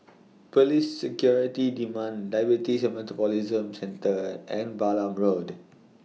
Police Security demand Diabetes and Metabolism Centre and Balam Road